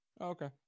okay